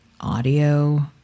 audio